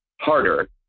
harder